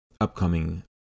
upcoming